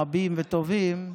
רבים וטובים,